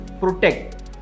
protect